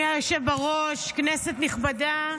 אדוני היושב בראש, כנסת נכבדה,